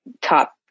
top